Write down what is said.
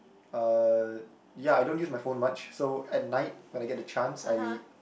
uh ya I don't use my phone much so at night when I get the chance I